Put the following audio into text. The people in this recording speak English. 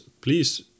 please